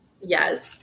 Yes